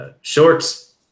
shorts